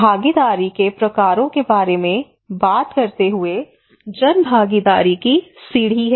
भागीदारी के प्रकारों के बारे में बात करते हुए जन भागीदारी की सीढ़ी है